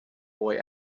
boy